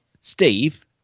Steve